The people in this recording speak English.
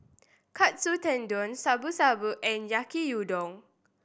Katsu Tendon Shabu Shabu and Yaki Udon